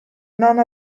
none